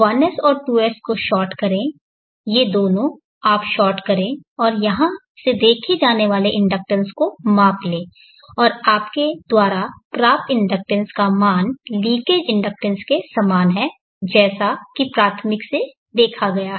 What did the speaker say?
1s और 2s को short करें ये दोनों आप शार्ट करें और यहां से देखे जाने वाले इंडक्टेंस को माप लें और आपके द्वारा प्राप्त इंडक्टेंस का मान लीकेज इंडक्टेंस के समान है जैसा कि प्राथमिक पक्ष से देखा गया है